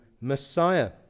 Messiah